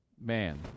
man